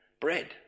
bread